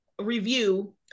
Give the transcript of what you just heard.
review